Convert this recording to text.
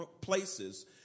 places